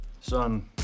Son